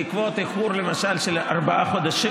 למשל בעקבות איחור של ארבעה חודשים.